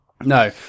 No